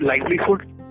livelihood